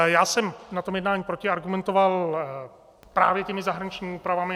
Já jsem na tom jednání protiargumentoval právě těmi zahraničními úpravami.